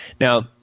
Now